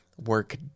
work